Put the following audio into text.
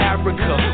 Africa